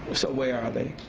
so where are they?